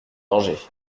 danger